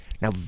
Now